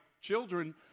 children